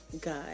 God